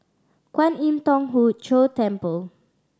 Kwan Im Thong Hood Cho Temple